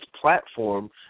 platform